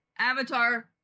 Avatar